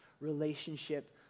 relationship